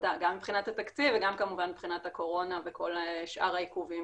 שקרתה גם מבחינת התקציב וגם כמובן מבחינת הקורונה וכל שאר העיכובים